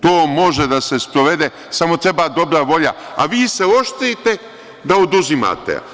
To može da se sprovede, samo treba dobra volja, a vi se oštrite da oduzimate.